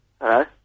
Hello